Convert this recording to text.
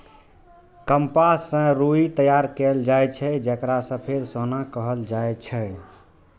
कपास सं रुई तैयार कैल जाए छै, जेकरा सफेद सोना कहल जाए छै